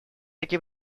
такие